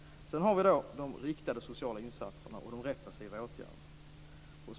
Sedan har vi då de riktade sociala insatserna och de repressiva åtgärderna.